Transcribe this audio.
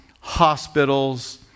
hospitals